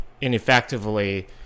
ineffectively